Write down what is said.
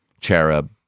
Cherub